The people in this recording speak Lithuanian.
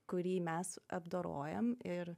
kurį mes apdorojam ir